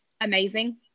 Amazing